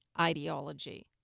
ideology